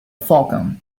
falcon